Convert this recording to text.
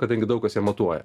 kadangi daug kas ją matuoja